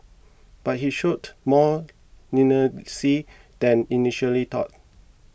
but he showed more leniency than initially thought